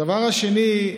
הדבר השני,